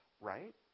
right